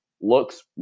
looks